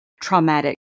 traumatic